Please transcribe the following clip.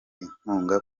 inkunga